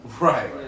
Right